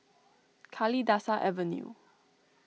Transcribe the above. Kalidasa Avenue